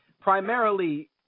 primarily